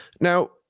now